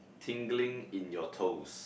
tingling in your toes